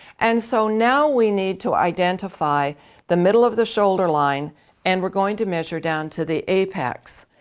and so now we need to identify the middle of the shoulder line and we're going to measure down to the apex.